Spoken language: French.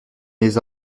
les